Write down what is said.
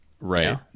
Right